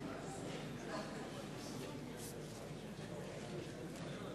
מצביע דן מרידור, מצביע משולם